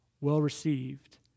well-received